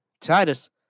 Titus